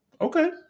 okay